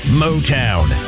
motown